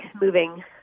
moving